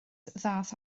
ddaeth